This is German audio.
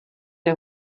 der